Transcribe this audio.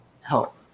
help